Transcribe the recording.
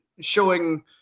showing